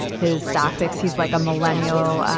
his stock picks. he's like a millennial.